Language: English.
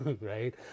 Right